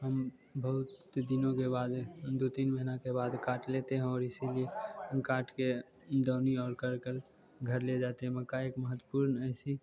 हम बहुत दिनों के बाद दो तीन महीने के बाद काट लेते हैं और इसी लिए काट के दौनी उड़ा कर कर घर ले जाते हैं मक्का एक महत्वपूर्ण ऐसी